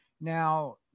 Now